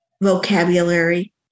vocabulary